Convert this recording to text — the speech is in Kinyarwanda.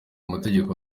amategeko